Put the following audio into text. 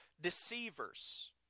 deceivers